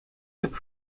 тӗп